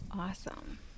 Awesome